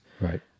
Right